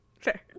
Fair